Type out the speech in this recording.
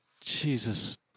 Jesus